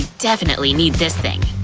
definitely need this thing.